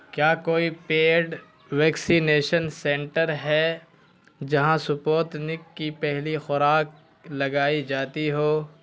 کیا کوئی paid vaccination centre ہے جہاں سپوتنک کی پہلی خوراک لگائی جاتی ہو